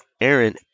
Aaron